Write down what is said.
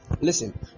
listen